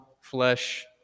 flesh